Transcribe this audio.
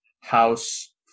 House